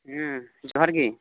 ᱡᱚᱦᱟᱨ ᱜᱮ